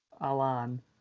Alan